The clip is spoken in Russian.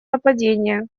нападения